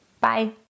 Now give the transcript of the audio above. Bye